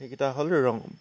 সেইকিটা হ'ল ৰং